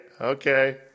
okay